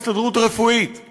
כל הכבוד להסתדרות הרפואית,